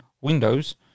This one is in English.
Windows